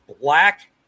black